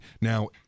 Now